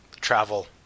travel